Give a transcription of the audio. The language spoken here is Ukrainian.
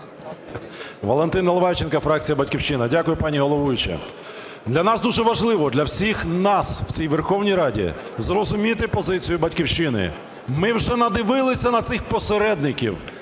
Валентин Наливайченко, фракція "Батьківщина". Дякую, пані головуюча. Для нас дуже важливо, для всіх нас в цій Верховній Раді зрозуміти позицію "Батьківщини". Ми вже надивилися на цих посередників.